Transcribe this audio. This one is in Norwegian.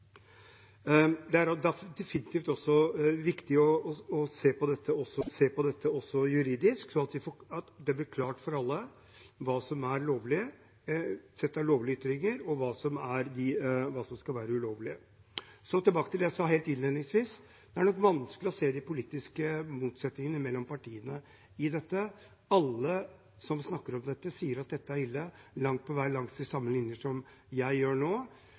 Det er definitivt også viktig å se på dette juridisk, slik at det blir klart for alle hva som er lovlige ytringer, og hva som er ulovlige ytringer. Så tilbake til det jeg sa helt innledningsvis. Det er nok vanskelig å se de politiske motsetningene mellom partiene i dette. Alle som snakker om dette, sier at dette er ille – langt på vei langs de samme linjene som jeg gjør nå.